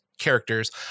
characters